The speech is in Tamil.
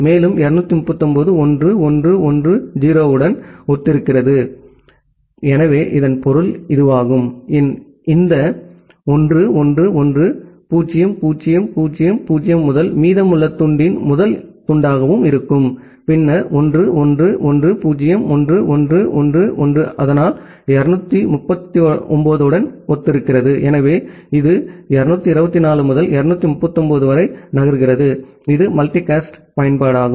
மேலும் 239 1 1 1 0 உடன் ஒத்திருக்கிறது எனவே இதன் பொருள் இது 1 1 1 0 0 0 0 0 முதல் மீதமுள்ள துண்டின் முதல் துண்டாக இருக்கும் பின்னர் 1 1 1 0 1 1 1 1 அதனால் 239 உடன் ஒத்திருக்கிறது எனவே இது 224 முதல் 239 வரை நகர்கிறது இது மல்டிகாஸ்ட் பயன்பாடாகும்